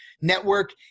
Network